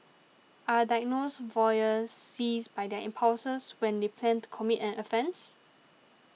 are diagnosed voyeurs seized by their impulses when they plan to commit an offence